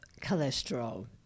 cholesterol